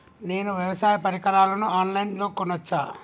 నేను వ్యవసాయ పరికరాలను ఆన్ లైన్ లో కొనచ్చా?